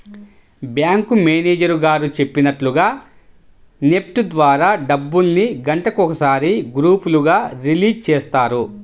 bank manager గారు చెప్పినట్లుగా NEFT ద్వారా డబ్బుల్ని గంటకొకసారి గ్రూపులుగా రిలీజ్ చేస్తారు